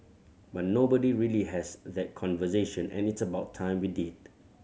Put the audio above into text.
but nobody really has that conversation and it's about time we did